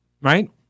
right